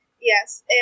yes